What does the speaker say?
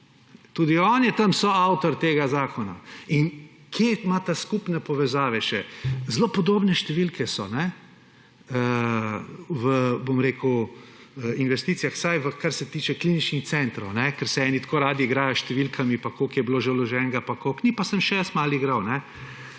tudi on je tam soavtor tega zakona. In kje imata skupne povezave še? Zelo podobne številke so v investicijah, vsaj kar se tiče kliničnih centrov, ker se eni tako radi igrajo s številkami pa koliko je bilo že vloženega. Se bom pa še jaz malo igral.